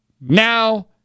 now